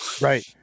Right